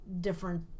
different